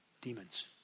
Demons